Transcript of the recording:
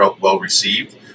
well-received